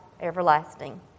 everlasting